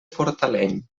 fortaleny